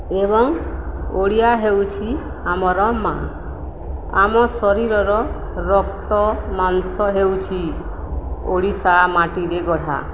ଏବଂ ଓଡ଼ିଆ ହେଉଛି ଆମର ମା' ଆମ ଶରୀରର ରକ୍ତ ମାଂସ ହେଉଛି ଓଡ଼ିଶା ମାଟିରେ ଗଢ଼ା